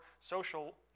social